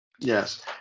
Yes